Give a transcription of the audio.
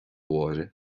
mháire